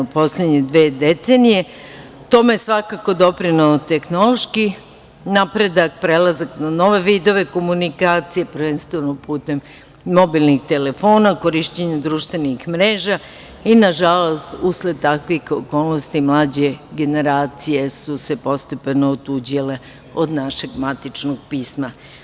U poslednje dve decenije tome je svakako doprineo tehnološki napredak, prelazak na nove vidove komunikacija, prvenstveno putem mobilnih telefona, korišćenjem društvenih mreža i, nažalost, usled takvih okolnosti, mlađe generacije su se postepeno otuđile od našeg matičnog pisma.